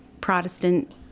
Protestant